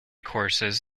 courses